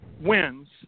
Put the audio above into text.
wins